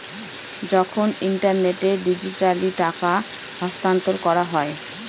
যখন ইন্টারনেটে ডিজিটালি টাকা স্থানান্তর করা হয়